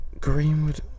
Greenwood